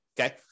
okay